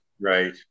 right